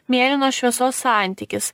mėlynos šviesos santykis